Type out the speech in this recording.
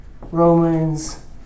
Romans